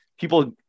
people